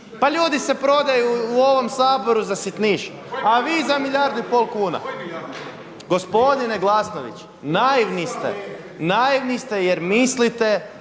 Pa ljudi se prodaju u ovom Saboru za sitniš, a vi za milijardu i pol kuna. Gospodine Glasnović, naivni ste jer mislite